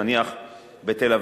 נניח בתל-אביב,